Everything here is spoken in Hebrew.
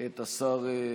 מה הבעיה?